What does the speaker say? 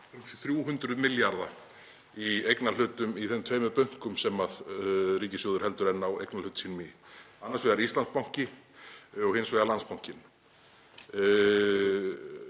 300 milljarða í eignarhlutum í þeim tveimur bönkum sem hann heldur enn á eignarhlut sínum í; annars vegar Íslandsbanki og hins vegar Landsbankinn.